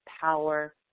power